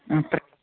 ആ